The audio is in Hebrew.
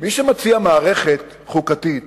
שמי שמציע מערכת חוקתית